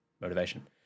motivation